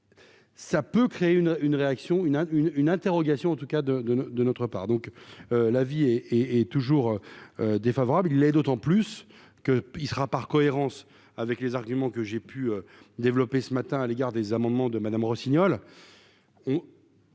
ça peut créer une une réaction, une une une interrogation, en tout cas de, de, de notre part, donc, la vie est est toujours défavorable, il est d'autant plus que il sera par cohérence avec les arguments que j'ai pu développer ce matin à l'égard des amendements de Madame Rossignol.